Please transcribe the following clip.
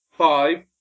Five